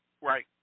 Right